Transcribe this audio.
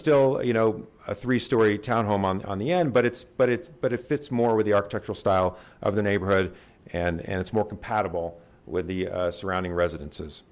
still you know a three story townhome on the end but it's but it's but it fits more with the architectural style of the neighborhood and it's more compatible with the surrounding residences